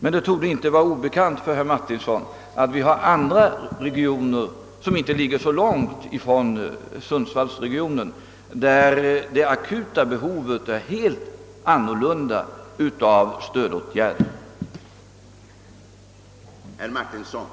Det torde dock inte vara obekant för herr Martinsson att vi har andra regioner inte långt ifrån sundsvallsregionen, där det aktuella behovet av stödåtgärder är ett helt annat.